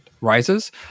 Rises